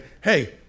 hey